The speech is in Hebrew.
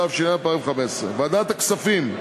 התשע"ה 2015: ועדת הכספים: